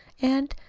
and,